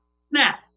snap